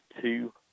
two